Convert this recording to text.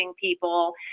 people